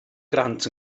grant